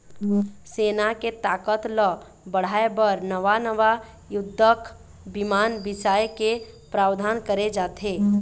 सेना के ताकत ल बढ़ाय बर नवा नवा युद्धक बिमान बिसाए के प्रावधान करे जाथे